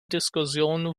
diskussion